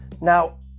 Now